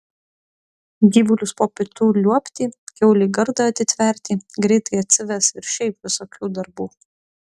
gyvulius po pietų liuobti kiaulei gardą atitverti greitai atsives ir šiaip visokių darbų